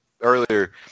earlier